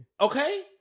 Okay